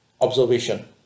observation